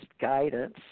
guidance